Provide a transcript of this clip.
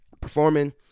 performing